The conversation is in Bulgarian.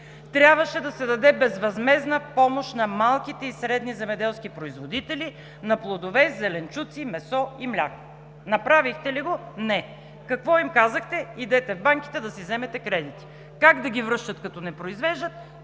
Трябваше да се даде безвъзмездна помощ на малките и средни земеделски производители на плодове, зеленчуци, месо и мляко. Направихте ли го? Не. Какво им казахте: идете в банките да си вземете кредити. Как да ги връщат, като не произвеждат